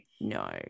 no